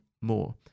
more